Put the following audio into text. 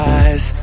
eyes